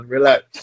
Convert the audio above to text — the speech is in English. Relax